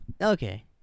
Okay